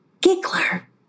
Giggler